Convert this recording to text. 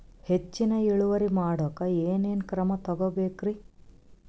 ಹೆಚ್ಚಿನ್ ಇಳುವರಿ ಮಾಡೋಕ್ ಏನ್ ಏನ್ ಕ್ರಮ ತೇಗೋಬೇಕ್ರಿ?